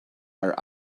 are